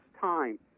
time